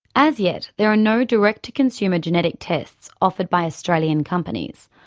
as yet there are no direct-to-consumer genetic tests offered by australian companies.